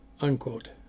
unquote